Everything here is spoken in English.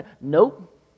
Nope